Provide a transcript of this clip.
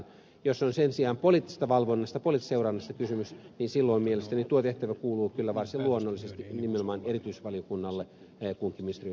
jos on sen sijaan poliittisesta valvonnasta poliittisesta seurannasta kysymys silloin mielestäni tuo tehtävä kuuluu kyllä varsin luonnollisesti nimenomaan erityisvaliokunnalle kunkin ministeriön vastuualueella